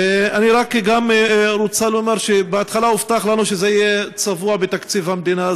אני גם רוצה לומר שבהתחלה הובטח לנו שזה יהיה צבוע בתקציב המדינה,